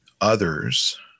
others